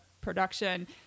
production